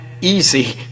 easy